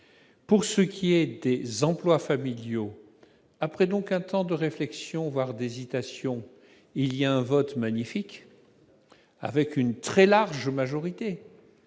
Pour ce qui est des emplois familiaux, après un temps de réflexion, voire d'hésitation, il y a eu un vote magnifique. La très large majorité